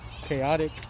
chaotic